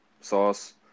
sauce